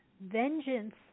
vengeance